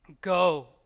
go